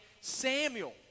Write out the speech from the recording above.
Samuel